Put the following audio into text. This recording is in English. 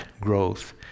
growth